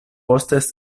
poste